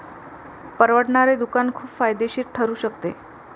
परवडणारे दुकान खूप फायदेशीर ठरू शकते